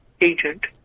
agent